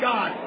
God